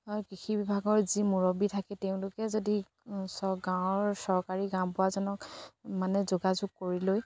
কৃষি বিভাগৰ যি মুৰবী থাকে তেওঁলোকে যদি গাঁৱৰ চৰকাৰী গাঁওবুঢ়াজনক মানে যোগাযোগ কৰি লৈ